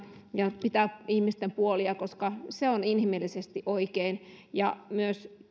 ja pitää ihmisten puolia koska se on inhimillisesti oikein ja